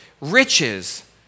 riches